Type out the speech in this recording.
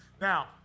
Now